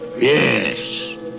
Yes